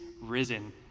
risen